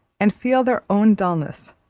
and feel their own dullness,